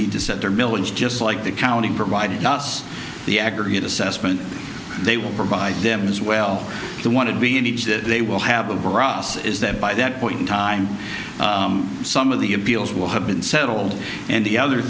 need to set their village just like the counting provided us the aggregate assessment they will provide them as well they want to be in each that they will have a borat's is that by that point in time some of the appeals will have been settled and the other